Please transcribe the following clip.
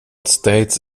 states